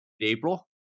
April